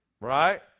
Right